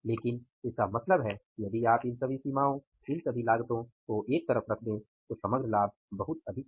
लेकिन इसका मतलब है कि यदि आप इन सभी सीमाओं इन सभी लागतों को एक तरफ रख दें तो समग्र लाभ बहुत अधिक हैं